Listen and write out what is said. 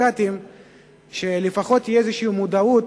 שלפחות תהיה איזו מודעות